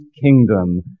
kingdom